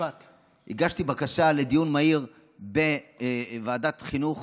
הגשתי בקשה לדיון מהיר בוועדת החינוך